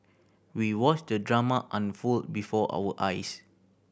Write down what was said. we watched the drama unfold before our eyes